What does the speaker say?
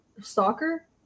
soccer